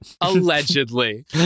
Allegedly